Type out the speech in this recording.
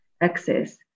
access